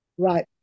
right